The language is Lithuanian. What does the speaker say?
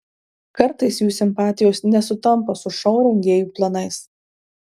kartais jų simpatijos nesutampa su šou rengėjų planais